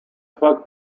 факт